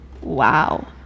Wow